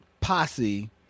Posse